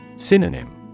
Synonym